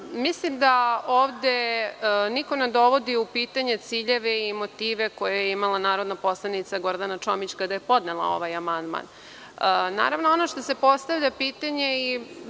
da ovde niko ne dovodi u pitanje ciljeve i motive koje je imala narodna poslanica Gordana Čomić kada je podnela ovaj amandman. Ono što se postavlja pitanje i